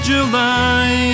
July